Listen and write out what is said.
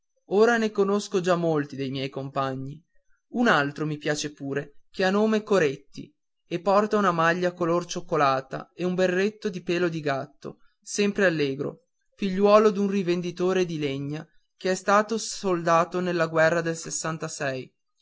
ora ne conosco già molti dei miei compagni un altro mi piace pure che ha nome coretti e porta una maglia color cioccolata e un berretto di pelo di gatto sempre allegro figliuolo d'un rivenditore di legna che è stato soldato nella guerra del